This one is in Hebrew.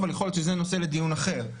אבל יכול להיות שזה נושא לדיון אחר.